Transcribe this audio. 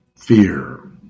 fear